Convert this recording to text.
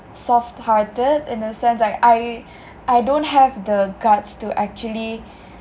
soft hearted in the sense like I I don't have the guts to actually